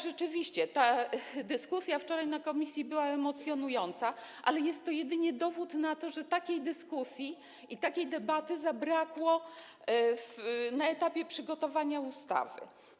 Rzeczywiście, ta dyskusja na wczorajszym posiedzeniu komisji była emocjonująca, ale jest to jedynie dowód na to, że takiej dyskusji i takiej debaty zabrakło na etapie przygotowywania ustawy.